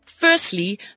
Firstly